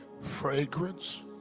fragrance